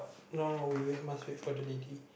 no no we wait must wait for the lady